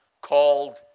called